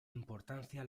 importancia